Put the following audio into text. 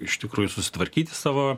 iš tikrųjų susitvarkyti savo